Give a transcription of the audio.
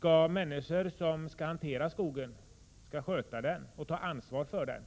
Om människor som skall hantera skogen skall kunna sköta den och ta ansvar för den